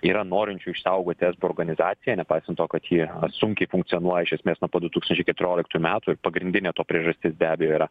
yra norinčių išsaugoti esbo organizaciją nepaisant to kad ji sunkiai funkcionuoja iš esmės nuo pat du tūkstančiai keturioliktų metų ir pagrindinė to priežastis be abejo yra